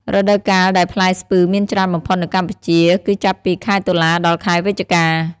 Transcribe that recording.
រដូវកាលដែលផ្លែស្ពឺមានច្រើនបំផុតនៅកម្ពុជា គឺចាប់ពី ខែតុលា ដល់ ខែវិច្ឆិកា។